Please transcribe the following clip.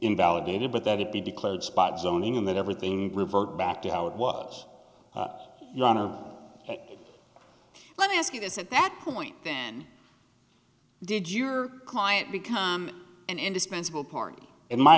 invalidated but that it be declared spot zoning and that everything revert back to how it was donna let me ask you this at that point then did your client become an indispensable party in my